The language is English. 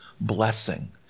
blessing